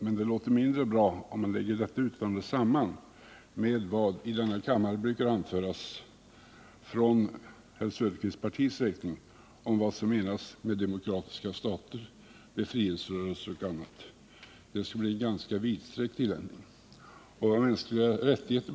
Men det låter mindre bra om man lägger samman detta uttalande med det som brukar anföras i denna kammare av herr Söderqvists parti om vad som menas med demokratiska stater, befrielserörelser och annat. Det skulle bli ganska vidsträckta åtaganden.